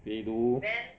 比如